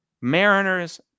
Mariners